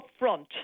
upfront